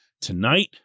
tonight